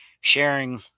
sharing